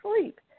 sleep